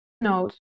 note